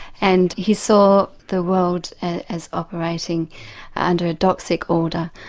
and he saw the world as operating under a doxic order.